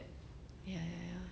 ya ya ya